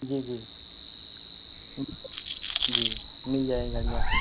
जी जी जी मिल जाए गाड़ी आपको